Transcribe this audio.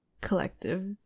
collective